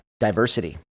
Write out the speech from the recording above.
Diversity